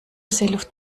seeluft